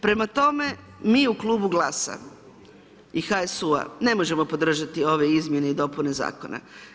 Prema tome, mi u Klubu GLAS-a i HSU-a ne možemo podržati ove izmjene i dopune zakona.